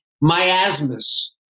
miasmas